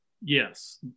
yes